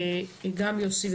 יוסי,